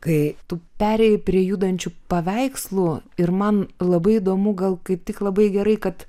kai tu perėjai prie judančių paveikslų ir man labai įdomu gal kaip tik labai gerai kad